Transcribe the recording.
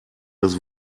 das